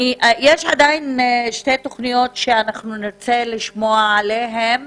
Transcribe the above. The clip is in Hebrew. יש עדיין שתי תוכניות שאנחנו נרצה לשמוע עליהן,